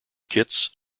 kits